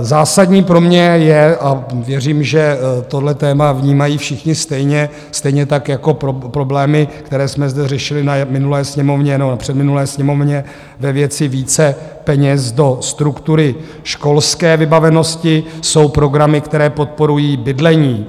Zásadní pro mě jsou a věřím, že tohle téma vnímají všichni stejně, stejně tak jako problémy, které jsme zde řešili na minulé Sněmovně, nebo předminulé Sněmovně ve věci více peněz do struktury školské vybavenosti programy, které podporují bydlení.